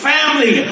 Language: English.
Family